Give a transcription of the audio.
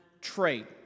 trade